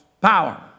power